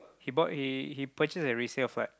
he bought he he purchased a resale flat